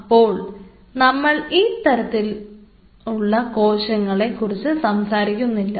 അപ്പോൾ നമ്മൾ ഈ തരത്തിലുള്ള കോശങ്ങളെ കുറിച്ച് സംസാരിക്കുന്നില്ല